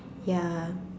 ya